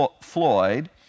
Floyd